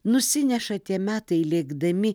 nusineša tie metai lėkdami